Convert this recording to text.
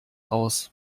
aus